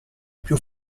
più